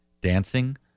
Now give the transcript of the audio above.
dancing